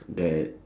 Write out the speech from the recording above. that